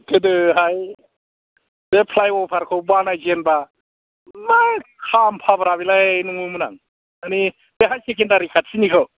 गोदोहाय बे फ्लाइअभार खौ बानायजेनबा मा खाम्फाब्रा बेलाय नङोमोन आं माने बे हायार सेकेन्दारि खाथिनिखौ